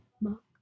Mark